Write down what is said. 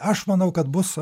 aš manau kad bus